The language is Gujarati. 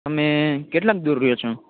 તમે કેટલાક દૂર રહ્યો છે